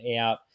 out